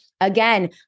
Again